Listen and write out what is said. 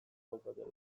daukatela